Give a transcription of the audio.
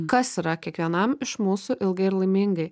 kas yra kiekvienam iš mūsų ilgai ir laimingai